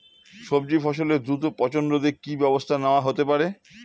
সবজি ফসলের দ্রুত পচন রোধে কি ব্যবস্থা নেয়া হতে পারে?